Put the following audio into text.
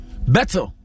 Better